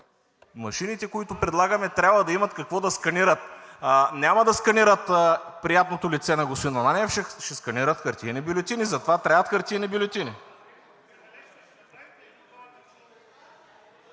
Машините, които предлагаме, трябва да имат какво да сканират. Няма да сканират приятното лице на господин Ананиев, ще сканират хартиени бюлетини, затова трябват хартиени бюлетини.